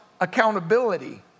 accountability